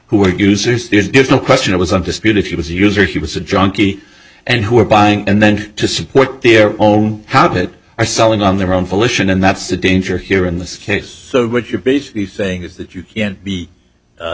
who are users there's no question it was undisputed he was a user he was a junkie and who are buying and then to support their own how that are selling on their own volition and that's the danger here in this case so what you're basically saying is that you can't be